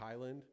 Thailand